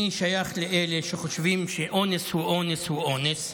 אני שייך לאלה שחושבים שאונס הוא אונס הוא אונס,